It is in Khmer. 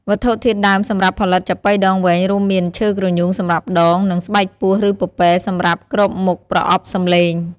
វត្ថុធាតុដើមសម្រាប់ផលិតចាប៉ីដងវែងរួមមាន ឈើគ្រញូងសម្រាប់ដង និងស្បែកពស់ឬពពែសម្រាប់គ្របមុខប្រអប់សំឡេង។